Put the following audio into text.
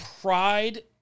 pride